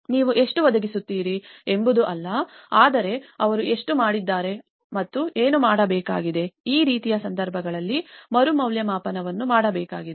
ನೀವು ಎಷ್ಟು ಒದಗಿಸುತ್ತೀರಿ ಎಂಬುದು ಅಲ್ಲ ಆದರೆ ಅವರು ಎಷ್ಟು ಮಾಡಿದ್ದಾರೆ ಮತ್ತು ಏನು ಮಾಡಬೇಕಾಗಿದೆ ಈ ರೀತಿಯ ಸಂದರ್ಭಗಳಲ್ಲಿ ಮರುಮೌಲ್ಯಮಾಪನವನ್ನು ಮಾಡಬೇಕಾಗಿದೆ